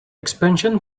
expansion